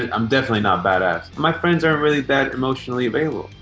i'm definitely not badass. my friends aren't really that emotionally available.